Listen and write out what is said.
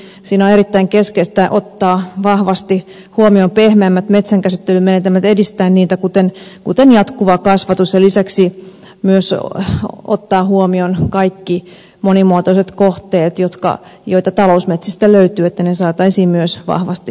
siinä on erittäin keskeistä ottaa vahvasti huomioon pehmeämmät metsänkäsittelymenetelmät edistää niitä kuten jatkuvaa kasvatusta ja lisäksi myös ottaa huomioon kaikki monimuotoiset kohteet joita talousmetsistä löytyy että ne saataisiin myös vahvasti suojeluun